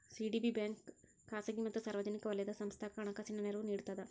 CDB bank ಖಾಸಗಿ ಮತ್ತ ಸಾರ್ವಜನಿಕ ವಲಯದ ಸಂಸ್ಥಾಕ್ಕ ಹಣಕಾಸಿನ ನೆರವು ನೇಡ್ತದ